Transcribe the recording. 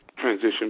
transition